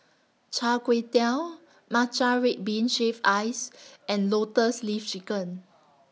Char Kway Teow Matcha Red Bean Shaved Ice and Lotus Leaf Chicken